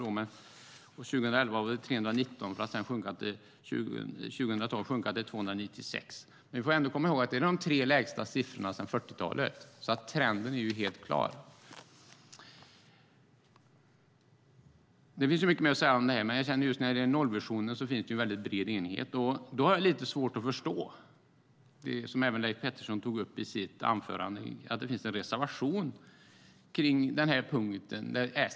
För 2011 var det 319 för att 2012 sjunka till 296. Vi får ändå komma ihåg att det är de tre lägsta siffrorna sedan 1940-talet. Trenden är helt klar. Det finns mer att säga om detta, men i fråga om nollvisionen finns en bred enighet. Då har jag lite svårt att förstå vad Leif Pettersson tog upp i sitt anförande, nämligen att det finns en reservation på den punkten.